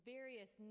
various